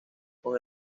con